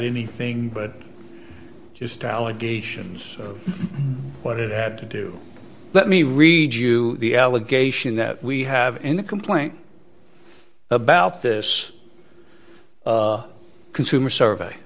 anything but just allegations of what it had to do let me read you the allegation that we have in the complaint about this consumer survey